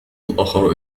الآخر